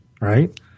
right